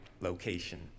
location